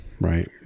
right